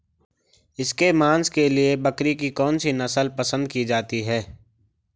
इसके मांस के लिए बकरी की कौन सी नस्ल पसंद की जाती है?